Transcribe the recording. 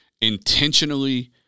intentionally